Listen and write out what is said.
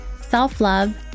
self-love